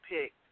pick